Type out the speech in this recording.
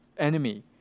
enemy